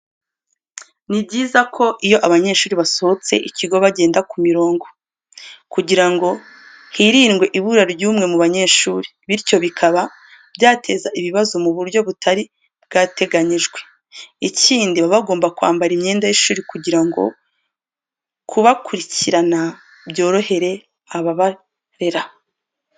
Ni byiza ko iyo abanyeshuri basohotse ikigo bagenda ku mirongo, kugira ngo hirindwe ibura ry'umwe mu banyeshuri, bityo bikaba byateza ikibazo mu buryo butari bwateganyijwe. Ikindi baba bagomba kwambara imyenda y'ishuri kugira ngo kubakurikirana byorohere ababarera.